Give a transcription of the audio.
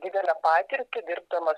didelę patirtį dirbdamas